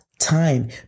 time